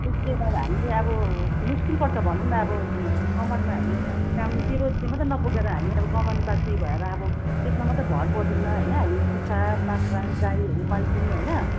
त्यसले गर्दा हामीले अब मुस्किल पर्छ भनौँ न अब कमानमा हामी काम त्यो रोजले मात्र नपुगेर हामी कमानबासी भएर अब त्यसमा मात्र भर पर्दैनौँ होइन कुखुरा बाख्रा गाईहरू पाल्छौँ होइन